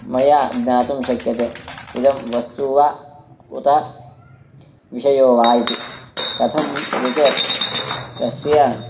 मया ज्ञातुं शक्यते इदं वस्तु वा उत विषयो वा इति कथम् इति चेत् तस्य